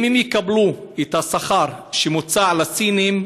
אם הם יקבלו את השכר שמוצע לסינים,